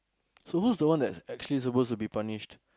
so who's the one that's actually supposed to be punished